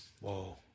Whoa